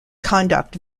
conduct